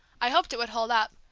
i hoped it would hold up.